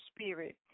spirit